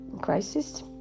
crisis